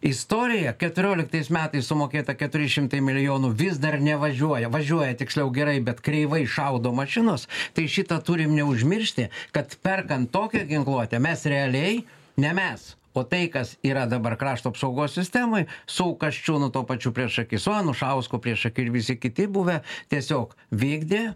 istoriją keturioliktais metais sumokėta keturi šimtai milijonų vis dar nevažiuoja važiuoja tiksliau gerai bet kreivai šaudo mašinos tai šitą turim neužmiršti kad perkant tokią ginkluotę mes realiai ne mes o tai kas yra dabar krašto apsaugos sistemoj su kasčiūnu tuo pačiu priešaky su anušausku priešaky ir visi kiti buvę tiesiog vykdė